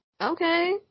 okay